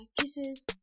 kisses